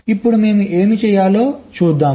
ఇప్పుడు మేము ఏమి చేయాలో చూద్దాం